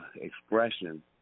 expression